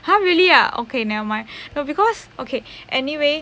!huh! really ah okay nevermind because okay anyway